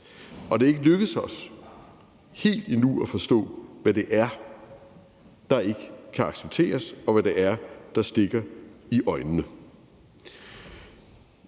Det er ikke lykkedes os endnu helt at forstå, hvad det er, der ikke kan accepteres, og hvad det er, der stikker i øjnene.